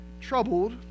troubled